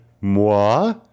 Moi